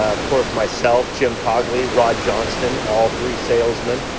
of course myself, jim cogley, rod johnston, all three salesmen.